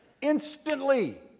Instantly